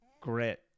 grit